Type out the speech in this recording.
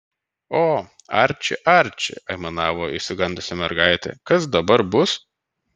o arči arči aimanavo išsigandusi mergaitė kas dabar bus